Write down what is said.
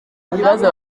ibibazo